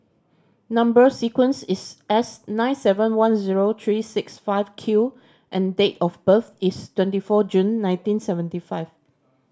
number sequence is S nine seven one zero three six five Q and date of birth is twenty four June nineteen seventy five